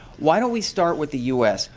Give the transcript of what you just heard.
why don't we start with the u s.